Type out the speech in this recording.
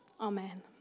Amen